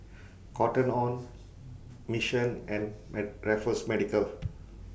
Cotton on Mission and Raffles Medical